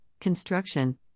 construction